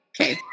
Okay